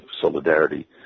solidarity